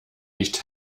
nicht